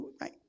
right